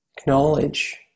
acknowledge